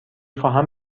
خواهم